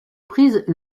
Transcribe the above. prise